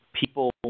people